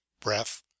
Breath